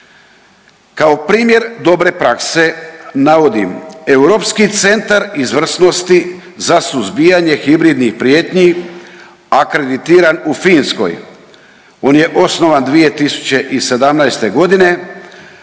Kao primjer dobre prakse navodim Europski centar izvrsnosti za suzbijanje hibridnih prijetnji akreditiran u Finskoj. On je osnovan 2017.g.,